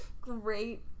great